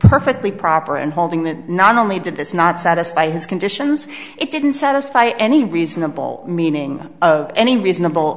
perfectly proper in holding that not only did this not satisfy his conditions it didn't satisfy any reasonable meaning of any reasonable